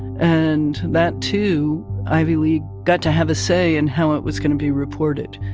and that, too ivy lee got to have a say in how it was going to be reported.